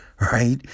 right